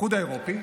האיחוד האירופי